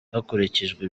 hakurikijwe